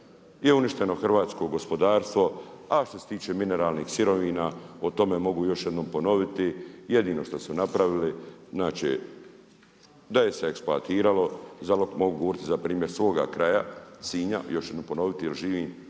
je uništeno hrvatsko gospodarstvo, ali što se tiče mineralnih sirovina, o tome mogu još jednom ponoviti. Jedino što su napravili, znači, da je se eksploatiralo, mogu govoriti za primjere svoga kraja Sinja, još jednom ponoviti, jer živim